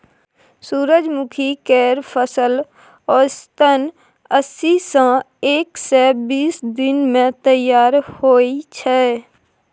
सूरजमुखी केर फसल औसतन अस्सी सँ एक सय बीस दिन मे तैयार होइ छै